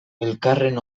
elkarren